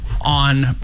on